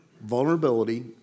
vulnerability